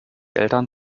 eltern